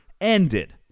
ended